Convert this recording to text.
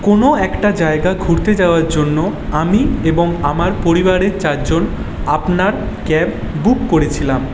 কোনও একটা জায়গা ঘুরতে যাওয়ার জন্য আমি এবং আমার পরিবারের চার জন আপনার ক্যাব বুক করেছিলাম